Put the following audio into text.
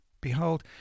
Behold